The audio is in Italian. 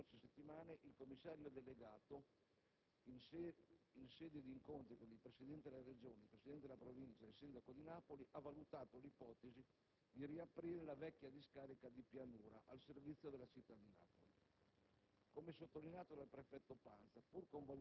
All'inasprirsi della situazione di emergenza nelle scorse settimane, il commissario delegato, in sede di incontri con il Presidente della Regione, della Provincia e con il sindaco di Napoli, ha valutato l'ipotesi di riaprire la vecchia discarica di Pianura al servizio della città di Napoli.